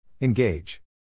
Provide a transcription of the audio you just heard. Engage